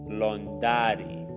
londari